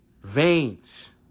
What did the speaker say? veins